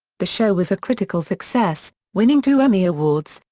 the show was a critical success, winning two emmy awards,